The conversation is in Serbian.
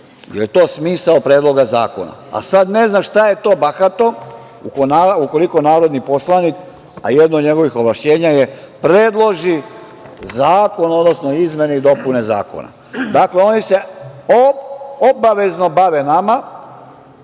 li je to smisao predloga zakona? Ne znam šta je to bahato, ukoliko narodni poslanik, a jedno od njegovih ovlašćenja je da predloži zakon, odnosno izmene i dopune zakona. Dakle, oni se obavezno bave nama,